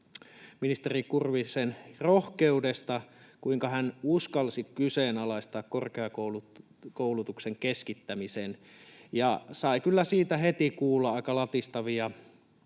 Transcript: ministeri Kurvisen rohkeudesta, kuinka hän uskalsi kyseenalaistaa korkeakoulutuksen keskittämisen, ja sai kyllä siitä heti kuulla aika latistavia